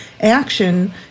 action